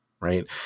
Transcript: right